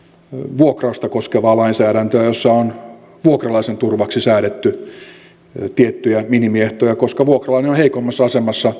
vuokrausta koskevaa lainsäädäntöä jossa on vuokralaisen turvaksi säädetty tiettyjä minimiehtoja koska vuokralainen on heikommassa asemassa